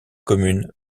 commune